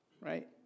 right